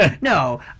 no